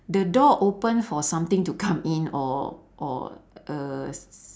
the door open for something to come in or or err s~